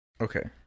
Okay